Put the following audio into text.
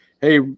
hey